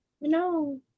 no